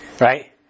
right